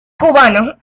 cubano